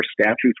statutes